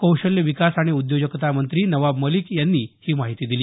कौशल्य विकास आणि उद्योजकता मंत्री नवाब मलिक यांनी ही माहिती दिली